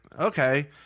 Okay